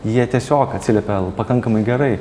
jie tiesiog atsiliepia pakankamai gerai